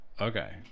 Okay